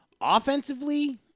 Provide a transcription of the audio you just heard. Offensively